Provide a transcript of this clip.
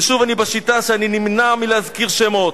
ושוב, אני בשיטה שאני נמנע מלהזכיר שמות.